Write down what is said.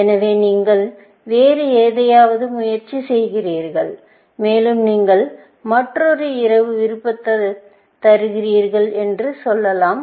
எனவே நீங்கள் வேறு எதையாவது முயற்சி செய்கிறீர்கள் மேலும் நீங்கள் மற்றொரு இரவு விருப்பத்தைத் தருகிறீர்கள் என்று சொல்லலாம்